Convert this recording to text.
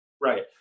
right